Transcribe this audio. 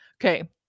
okay